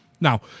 Now